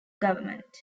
government